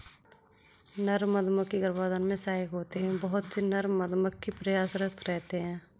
नर मधुमक्खी गर्भाधान में सहायक होते हैं बहुत से नर मधुमक्खी प्रयासरत रहते हैं